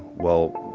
well,